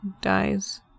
dies